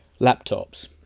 laptops